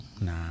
Nah